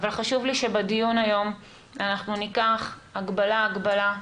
אבל חשוב לי שבדיון היום ניקח הגבלה הגבלה,